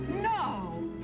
no!